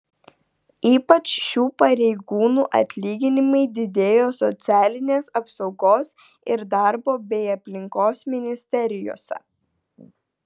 ypač šių pareigūnų atlyginimai didėjo socialinės apsaugos ir darbo bei aplinkos ministerijose